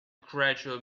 gradual